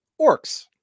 Orcs